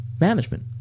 management